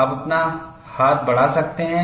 आप अपना हाथ बढ़ा सकते हैं